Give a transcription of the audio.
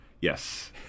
Yes